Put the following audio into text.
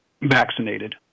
vaccinated